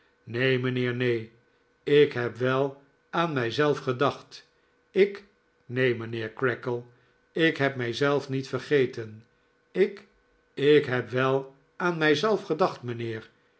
neen mijnheer neen ik heb wel aan mijzelf gedacht ik neen mijnheer creakle ik heb mijzelf niet vergeten ik ik heb wel aan mijzelf gedacht mijnheer